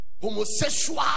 homosexual